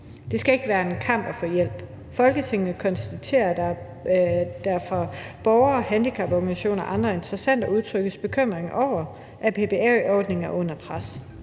Det skal ikke være en kamp at få hjælp. Folketinget konstaterer, at der fra borgere, handicaporganisationer og andre interessenter udtrykkes bekymring over, at BPA-ordningen er under pres.